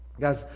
Guys